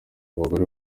abagore